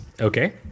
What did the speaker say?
Okay